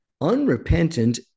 unrepentant